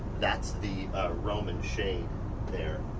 that's the roman shade there.